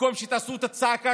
במקום שתעשו צעקה